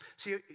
see